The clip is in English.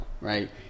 right